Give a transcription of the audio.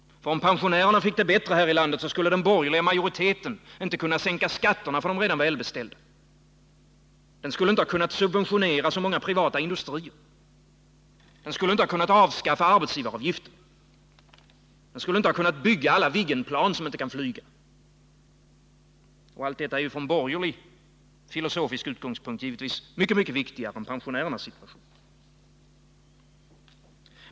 Om pensionärerna fick det bättre, så skulle den borgerliga majoriteten inte kunna sänka skatterna för de redan välbeställda. Den skulle inte ha kunnat subventionera så många privata industrier. Den skulle inte ha kunnat avskaffa arbetsgivaravgiften. Den skulle inte ha kunnat bygga alla Viggenplan som inte kan flyga. Och allt detta är ju från borgerlig filosofisk utgångspunkt givetvis mycket, mycket viktigare än pensionärernas situation.